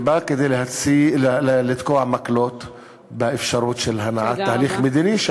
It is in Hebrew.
ובא כדי לתקוע מקלות באפשרות של הנעת תהליך מדיני,